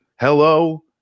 Hello